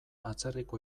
atzerriko